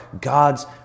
God's